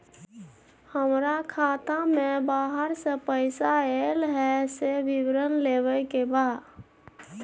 हमरा खाता में बाहर से पैसा ऐल है, से विवरण लेबे के बा?